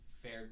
fared